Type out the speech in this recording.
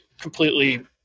completely